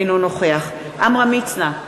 אינו נוכח עמרם מצנע,